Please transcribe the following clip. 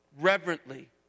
reverently